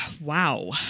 Wow